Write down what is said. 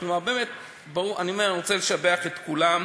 כלומר, באמת, אני רוצה לשבח את כולם,